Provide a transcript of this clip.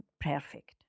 perfect